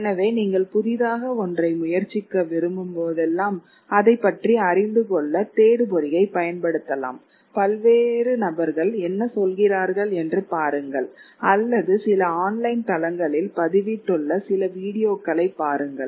எனவே நீங்கள் புதிதாக ஒன்றை முயற்சிக்க விரும்பும் போதெல்லாம் அதைப் பற்றி அறிந்துகொள்ள தேடுபொறியைப் பயன்படுத்தலாம் பல்வேறு நபர்கள் என்ன சொல்கிறார்கள் என்று பாருங்கள் அல்லது சில ஆன்லைன் தளங்களில் பதிவிட்டுள்ள சில வீடியோக்களை பாருங்கள்